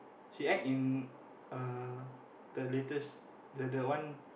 she act in uh the latest the the one